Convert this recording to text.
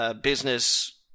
business